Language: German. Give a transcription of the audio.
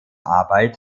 arbeit